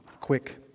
quick